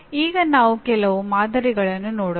ಈಗ ನಾವು ಕೆಲವು ಮಾದರಿಗಳನ್ನು ನೋಡೋಣ